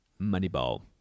Moneyball